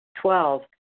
Twelve